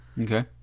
Okay